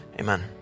Amen